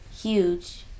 huge